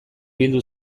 bildu